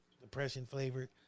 depression-flavored